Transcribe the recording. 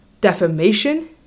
defamation